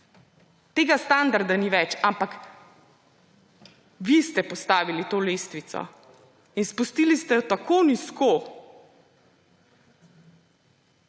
Tega standarda ni več. Ampak vi ste postavili to lestvico! Spustili ste jo tako nizko,